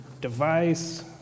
device